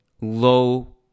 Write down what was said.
low